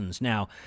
Now